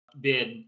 bid